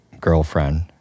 girlfriend